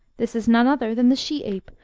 this is none other than the she-ape,